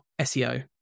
SEO